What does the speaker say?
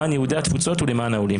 למען יהודי התפוצות ולמען העולים.